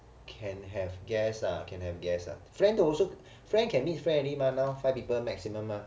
can have guest lah can have guest ah friend also friend can meet friend already mah now five people maximum mah